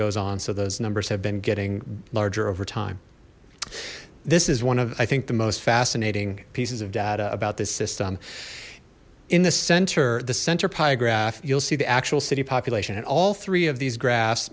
goes on so those numbers have been getting larger over time this is one of i think the most fascinating pieces data about this system in the center the center pie graph you'll see the actual city population and all three of these gra